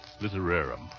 literarum